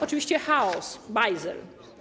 Oczywiście chaos, bajzel.